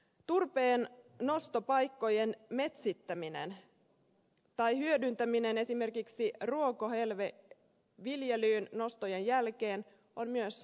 turpeen nostopaikkojen metsittäminen tai hyödyntäminen esimerkiksi ruokohelven viljelyyn nostojen jälkeen on myös tärkeää